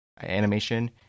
animation